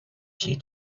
she